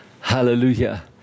Hallelujah